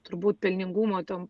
turbūt pelningumo to